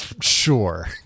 sure